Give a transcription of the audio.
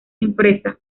impresa